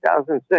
2006